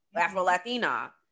Afro-Latina